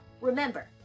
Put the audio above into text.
Remember